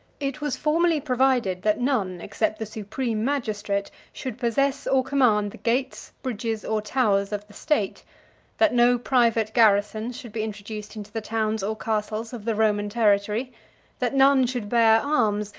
it was formally provided, that none, except the supreme magistrate, should possess or command the gates, bridges, or towers of the state that no private garrisons should be introduced into the towns or castles of the roman territory that none should bear arms,